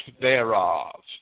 thereof